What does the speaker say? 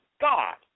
God